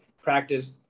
practice